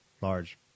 large